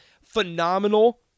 Phenomenal